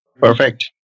Perfect